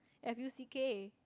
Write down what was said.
F U C K